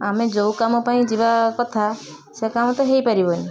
ଆମେ ଯୋଉ କାମପାଇଁ ଯିବା କଥା ସେ କାମ ତ ହେଇ ପାରିବନି